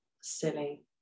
silly